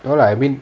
no lah I mean